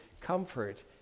comfort